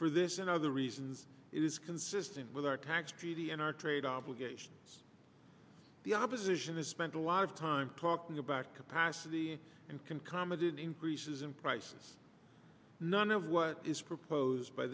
for this and other reasons it is consistent with our tax treaty and our trade obligations the opposition has spent a lot of time talking about capacity and can comment in increases in prices none of what is proposed by